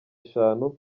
eshanu